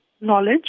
knowledge